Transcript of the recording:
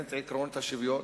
שעוינת את עקרונות השוויון.